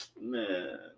Man